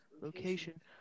location